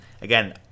again